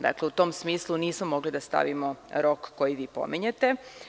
Dakle, u tom smislu nismo mogli da stavimo rok koji vi pominjete.